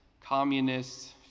communists